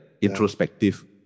introspective